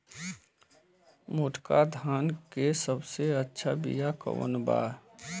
मोटका धान के सबसे अच्छा बिया कवन बा?